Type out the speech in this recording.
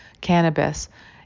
cannabis